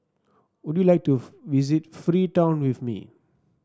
would you like to visit Freetown with me